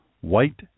white